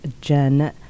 Jen